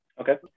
Okay